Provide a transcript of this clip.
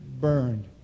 burned